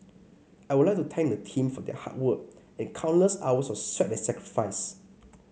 I would like to thank the team for their hard work and countless hours of sweat and sacrifice